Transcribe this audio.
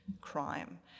crime